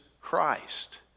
Christ